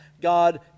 God